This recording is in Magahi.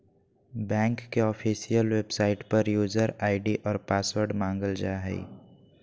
बैंक के ऑफिशियल वेबसाइट पर यूजर आय.डी और पासवर्ड मांगल जा हइ